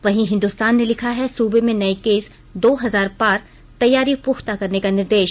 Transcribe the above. वहीं हिन्दुस्तान ने लिखा है सूबे में नये केस दो हजार पार तैयारी पुख्ता करने का निर्देश